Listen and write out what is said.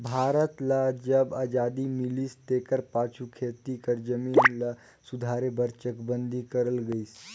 भारत ल जब अजादी मिलिस तेकर पाछू खेती कर जमीन ल सुधारे बर चकबंदी करल गइस